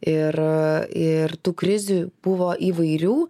ir ir tų krizių buvo įvairių